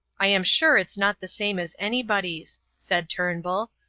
i am sure it's not the same as anybody's, said turnbull,